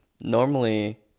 normally